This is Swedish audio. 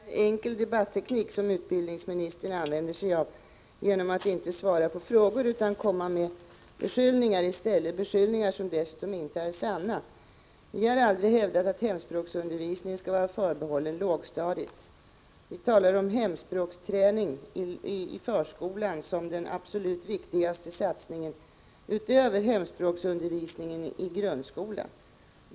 Herr talman! Det är en enkel debatteknik som utbildningsministern använder sig av när han inte svarar på frågor utan i stället kommer med beskyllningar, som dessutom inte är sanna. Vi har aldrig hävdat att hemspråksundervisningen skall vara förbehållen lågstadiet. Vi har talat om hemspråksträning i förskolan som den absolut viktigaste satsningen utöver hemspråksundervisningen i grundskolan.